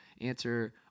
answer